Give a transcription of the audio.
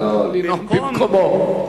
אבל לא לנאום במקומו.